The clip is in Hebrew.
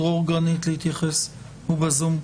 דרור גרנית, להתייחס, הוא בזום.